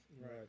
Right